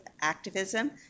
activism